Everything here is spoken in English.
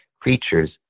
creatures